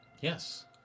Yes